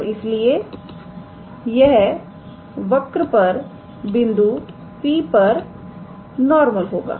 और इसलिएयह वक्र पर बिंदु P पर नॉर्मल होगा